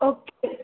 okay